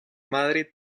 madre